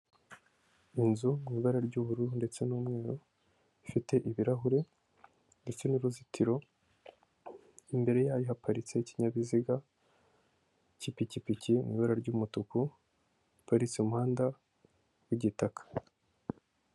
Inzu mu ibara ry'ubururu ndetse n'umweru, ifite ibirahure ndetse n'uruzitiro, imbere yayo haparitse ikinyabiziga cy'ipikipiki mu ibara ry'umutuku, giparitse mu muhanda w'igitaka.